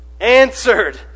answered